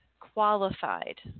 qualified